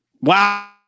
wow